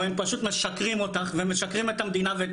אבל הם פשוט משקרים אותך ומשקרים את המדינה ואת